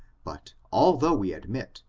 but although we admit,